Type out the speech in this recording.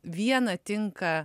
viena tinka